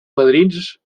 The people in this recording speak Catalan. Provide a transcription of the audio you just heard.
padrins